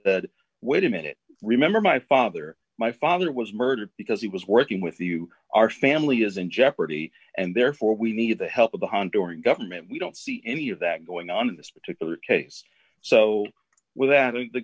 wait a minute remember my father my father was murdered because he was working with you our family is in jeopardy and therefore we need the help of the honduran government we don't see any of that going on in this particular case so with